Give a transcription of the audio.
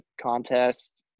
contest